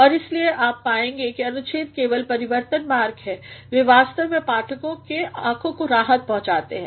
और इसलिए आप पाएंगे कि अनुच्छेद केवल परिवर्तन मार्गहैं वे वास्तव में पाठकों के आँखों को राहत पहुंचाते हैं